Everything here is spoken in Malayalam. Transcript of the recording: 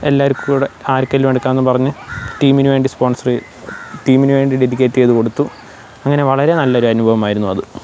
എല്ലാവർക്കും കൂടെ ആർക്കെങ്കിലും എടുക്കാം എന്ന് പറഞ്ഞ് ടീമിന് വേണ്ടി സ്പോൺസറെ ടീമിന് വേണ്ടി ഡെഡിക്കേറ്റ് ചെയ്ത് കൊടുത്തു അങ്ങനെ വളരെ നല്ലൊരു അനുഭവമായിരുന്നു അത്